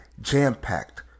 jam-packed